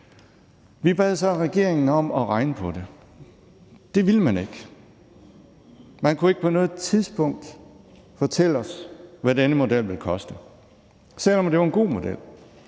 Vi bad så regeringen om at regne på det. Det ville man ikke. Man kunne ikke på noget tidspunkt fortælle os, hvad denne model ville koste, selv om det var en god model.